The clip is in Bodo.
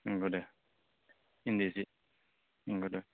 नंगौ दे इन्दि जि नंगौ दे